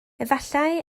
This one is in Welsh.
efallai